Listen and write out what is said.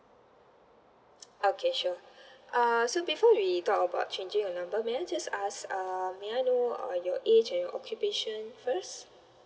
okay sure uh so before we talk about changing your number may I just ask um may I know uh your age and your occupation first